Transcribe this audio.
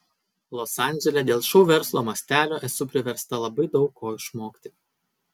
los andžele dėl šou verslo mastelio esu priversta labai daug ko išmokti